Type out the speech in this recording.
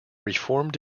reformed